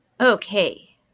okay